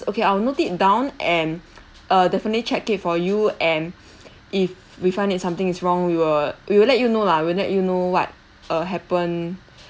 okay I'll note it down and err definitely check it for you and if we find it something is wrong we will we will let you know lah will let you know what err happen